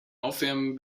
aufwärmen